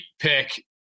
pick